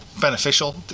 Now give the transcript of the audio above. beneficial